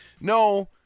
No